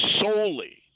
solely